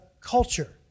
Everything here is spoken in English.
culture